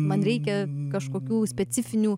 man reikia kažkokių specifinių